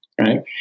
right